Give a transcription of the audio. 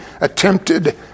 attempted